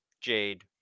Jade